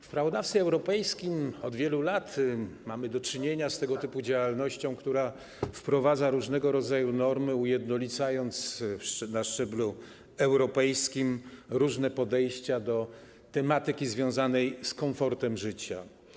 W prawodawstwie europejskim od wielu lat mamy do czynienia z tego typu działalnością, która wprowadza różnego rodzaju normy, ujednolicając na szczeblu europejskim różne podejścia do tematyki związanej z komfortem życia.